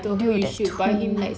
I saw that too